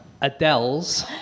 Adele's